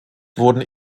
wurden